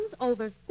over